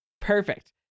perfect